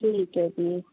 ਠੀਕ ਹੈ ਜੀ